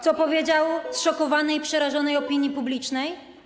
Co powiedział zszokowanej i przerażonej opinii publicznej?